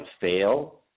fail